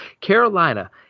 Carolina